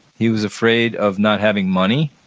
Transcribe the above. he was afraid of not having money.